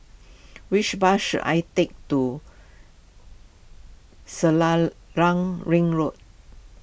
which bus should I take to Selarang Ring Road